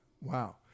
Wow